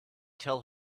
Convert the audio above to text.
tell